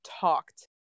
talked